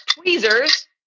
tweezers